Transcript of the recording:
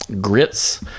grits